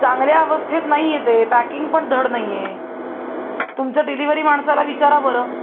चांगल्या अवस्थेत नाही आहे ते पॅकिंग पण धड नाही आहे तुमच्या डिलेवरी माणसाला विचारा बरं